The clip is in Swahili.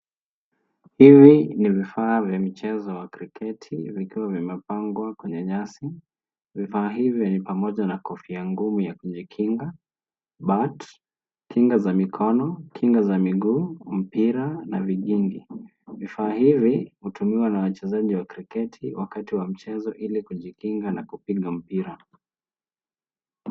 Hivi ni vifaa vya michezo wa kriketi vikiwa vimepangwa kwenye nyasi. Vifaa hivyo ni pamoja na kofia ngumu ya kujikinga, bat ,kinga za mikono, kinga za miguu, mpira na vingingi. Vifaa hivi hutumiwa na wachezaji wa kriketi wakati wa mchezo ili kujikinga na kupiga mpira.